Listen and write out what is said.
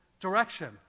direction